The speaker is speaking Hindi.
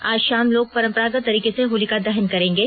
आज शाम लोग परम्परागत तरीके से होलिका दहन करेंगे